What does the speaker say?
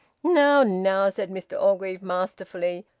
now, now! said mr orgreave masterfully.